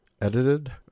edited